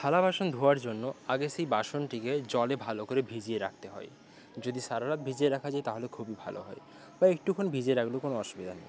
থালা বাসন ধোয়ার জন্য আগে সেই বাসনটিকে জলে ভালো করে ভিজিয়ে রাখতে হয় যদি সারারাত ভিজিয়ে রাখা যায় তাহলে খুবই ভালো হয় বা একটুক্ষণ ভিজিয়ে রাখলেও কোনো অসুবিধা নেই